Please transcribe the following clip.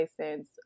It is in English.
license